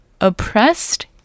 oppressed